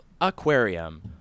Aquarium